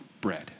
bread